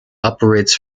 operates